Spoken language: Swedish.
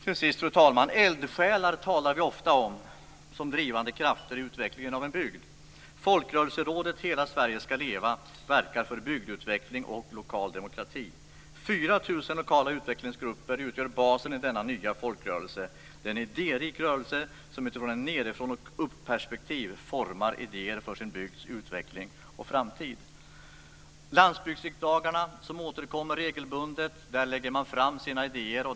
Till sist, fru talman, vill jag säga att vi ofta talar om eldsjälar som drivande krafter i utvecklingen av en bygd. Folkrörelserådet Hela Sverige ska leva verkar för bygdeutveckling och lokal demokrati. 4 000 lokala utvecklingsgrupper utgör basen i denna nya folkrörelse. Det är en idérik rörelse som utifrån ett nedifrån-och-upp-perspektiv formar idéer för sin bygds utveckling och framtid. På landsbygdsriksdagarna, som återkommer regelbundet, lägger man fram sina idéer.